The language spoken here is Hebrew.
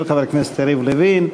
של חבר הכנסת יריב לוין,